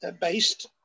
based